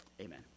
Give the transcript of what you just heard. amen